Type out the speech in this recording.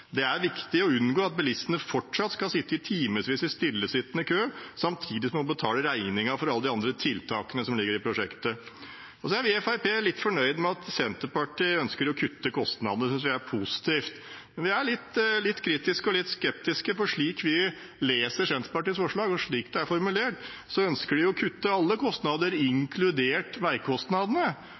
Det er viktig å unngå at bilistene fortsatt skal sitte timevis i stillestående kø, samtidig som de må betale regningen for alle de andre tiltakene som ligger i prosjektet. Så er vi i Fremskrittspartiet litt fornøyd med at Senterpartiet ønsker å kutte kostnadene. Det synes vi er positivt. Men vi er litt kritiske og litt skeptiske, for slik vi leser Senterpartiets forslag, og slik det er formulert, ønsker de å kutte alle kostnader, inkludert veikostnadene,